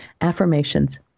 affirmations